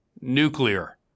nuclear